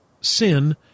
sin